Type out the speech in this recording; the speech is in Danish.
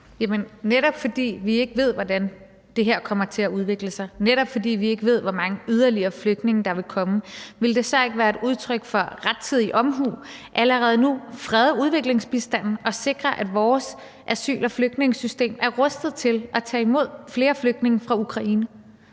Jamen netop fordi vi ikke ved, hvordan det her kommer til at udvikle sig, netop fordi vi ikke ved, hvor mange yderligere flygtninge der vil komme, ville det så ikke være et udtryk for rettidig omhu allerede nu at frede udviklingsbistanden og sikre, at vores asyl- og flygtningesystem er rustet til at tage imod flere flygtninge fra Ukraine?